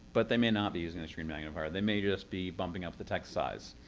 but they may not be using a screen magnifier. they may just be bumping up the text size.